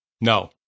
No